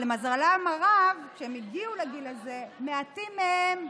שלמזלם הרב, כשהם הגיעו לגיל הזה, מעטים מהם,